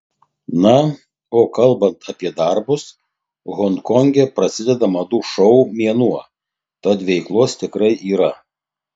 na o kalbant apie darbus honkonge prasideda madų šou mėnuo tad veiklos tikrai yra